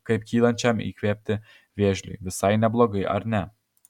kaip kylančiam įkvėpti vėžliui visai neblogai ar ne